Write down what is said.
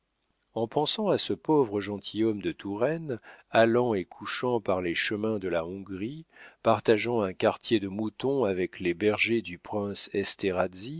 en pensant à ce pauvre gentilhomme de touraine allant et couchant par les chemins de la hongrie partageant un quartier de mouton avec les bergers du prince